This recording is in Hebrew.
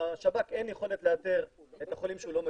לשב"כ אין יכולת לאתר את החולים שהוא לא מכיר,